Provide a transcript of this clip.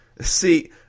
See